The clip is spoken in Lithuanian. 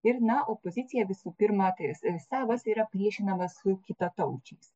ir na opozicija visų pirma tai sa savas yra priešinamas su kitataučiais